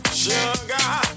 sugar